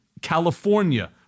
California